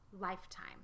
lifetime